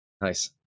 Nice